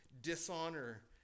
dishonor